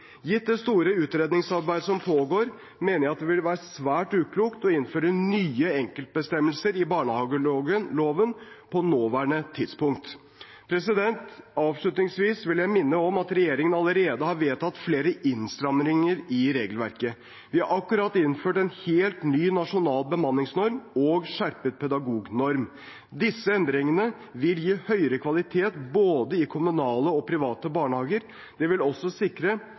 Gitt det store utredningsarbeidet som pågår, mener jeg det ville være svært uklokt å innføre nye enkeltbestemmelser i barnehageloven på nåværende tidspunkt. Avslutningsvis vil jeg minne om at regjeringen allerede har vedtatt flere innstramminger i regelverket. Vi har akkurat innført en helt ny nasjonal bemanningsnorm og skjerpet pedagognormen. Disse endringene vil gi høyere kvalitet både i kommunale og private barnehager. Det vil også sikre